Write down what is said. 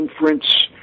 inference